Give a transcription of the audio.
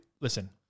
listen